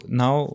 now